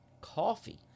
coffee